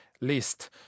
list